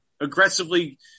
aggressively